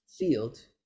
field